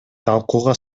талкууга